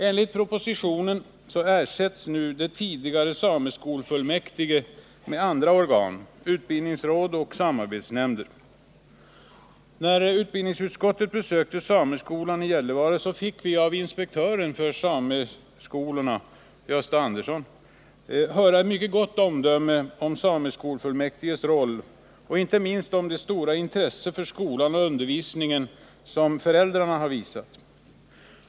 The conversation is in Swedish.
Enligt propositionen skall det tidigare sameskolfullmäktige nu ersättas med andra organ — utbildningsråd och samarbetsnämnder. När utskottet besökte sameskolan i Gällivare fick vi av inspektören för sameskolorna, Gösta Andersson, höra ett mycket gott omdöme om sameskolfullmäktiges roll och inte minst om det stora intresse för skolan och undervisningen som föräldrarna har visat.